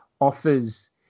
offers